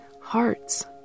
hearts